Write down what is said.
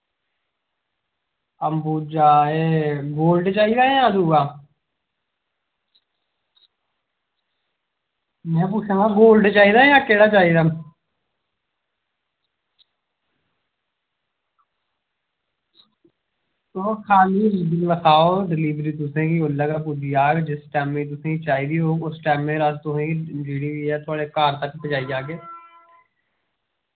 अम्बूजा एह् गोल्ड चाहिदा जां एह् दुआ में पुच्छा ना गोल्ड चाहिदा जां केह्ड़ा चाहिदा ओह् खाल्ली लखाओ डलिवरी तुसेंगी उसलै गै पुज्जी जाह्ग जिसलै जिस टैमें तुसेंगी चाहिदी होग उस टैमें पर अस तुसेंगी जेह्ड़ी बी तुसेंगी घर तक पजाई औगै